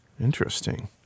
Interesting